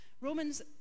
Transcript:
Romans